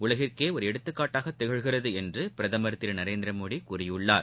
உலகிற்கேஒருஎடுத்துக்காட்டாகதிகழ்கிறதுஎன்றுபிரதமர் திருநரேந்திரமோடிகூறியுள்ளார்